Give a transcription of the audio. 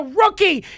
rookie